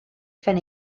phen